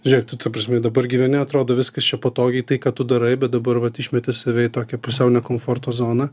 žiūrėk tu ta prasme dabar gyveni atrodo viskas čia patogiai tai ką tu darai bet dabar vat išmeti save į tokią pusiau ne komforto zoną